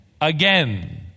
again